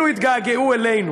שיתגעגעו אפילו אלינו.